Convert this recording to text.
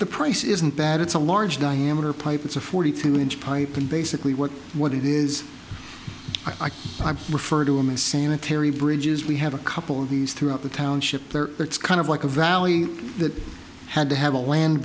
the price isn't that it's a large diameter pipe it's a forty two inch pipe and basically what what it is i can refer to women sanitary bridges we have a couple of these throughout the township there it's kind of like a valley that had to have a land